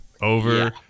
over